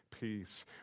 peace